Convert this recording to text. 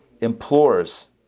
implores